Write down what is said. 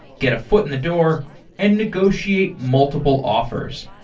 get a foot in the door and negotiate multiple offers.